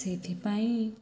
ସେଥିପାଇଁ